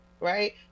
right